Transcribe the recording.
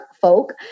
folk